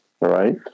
right